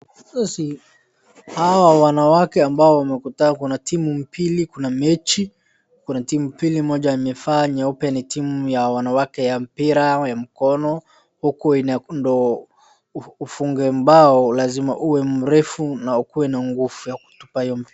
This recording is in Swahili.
Hawa wanawake ambao wamekutana kuna timu mbili kuna mechi, kuna timu mbili moja amevaa nyeupe ni timu ya wanawake ya mpira ya mkono huku ndio ufunge mbao lazima uwe mrefu na ukuwe na nguvu ya kutupa hiyo mpira.